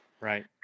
Right